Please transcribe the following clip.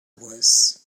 was